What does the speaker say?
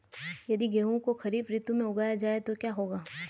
यदि गेहूँ को खरीफ ऋतु में उगाया जाए तो क्या होगा?